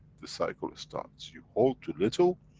the cycle starts. you hold to little,